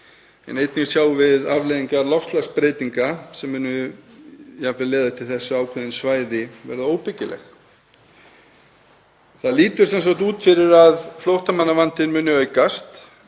Einnig sjáum við afleiðingar loftslagsbreytinga sem munu jafnvel leiða til þess að ákveðin svæði verða óbyggileg. Það lítur sem sagt út fyrir að flóttamannavandinn muni aukast.